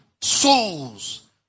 souls